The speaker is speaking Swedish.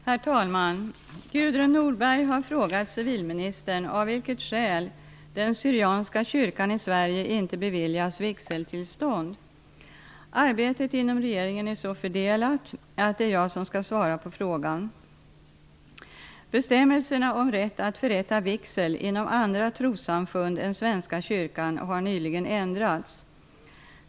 Herr talman! Gudrun Norberg har frågat civilministern av vilket skäl den syrianska kyrkan i Sverige inte beviljas vigseltillstånd. Arbetet inom regeringen är så fördelat att det är jag som skall svara på frågan. Bestämmelserna om rätt att förrätta vigsel inom andra trossamfund än Svenska kyrkan har nyligen ändrats.